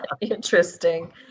Interesting